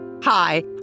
Hi